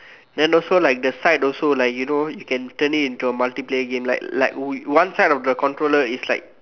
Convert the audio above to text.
then also like the side also like you know can turn it into a multiplayer gamer like like one side side of the controller is like